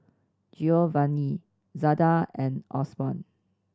Giovanni Zada and Osborn